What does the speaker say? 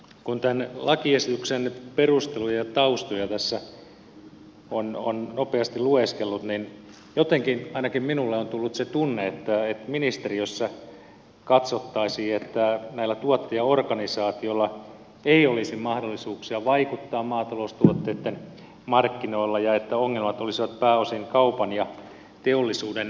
kun tämän lakiesityksen perusteluja ja taustoja tässä on nopeasti lueskellut jotenkin ainakin minulle on tullut se tunne että ministeriössä katsottaisiin että näillä tuottajaorganisaatioilla ei olisi mahdollisuuksia vaikuttaa maataloustuotteitten markkinoilla ja että ongelmat olisivat pääosin kaupan ja teollisuuden välillä